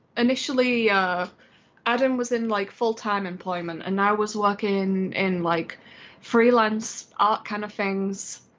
initially adam was in like full-time employment and i was working in in like freelance art kind of things.